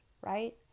right